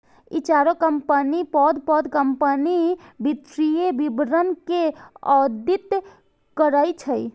ई चारू कंपनी पैघ पैघ कंपनीक वित्तीय विवरण के ऑडिट करै छै